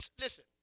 listen